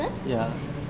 ya